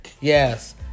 yes